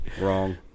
Wrong